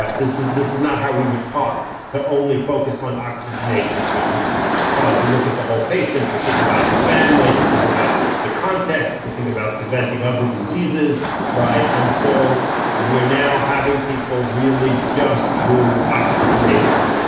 like this is this is not how we were taught, to only focus on oxygenation. we're taught to look at the whole patient and think about the family, to think about the context, to think about preventing other diseases, right? and so we're now having people really just do oxygenation.